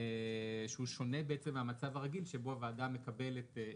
שהוא שונה מהמצב הרגיל שבו לוועדה מוגשות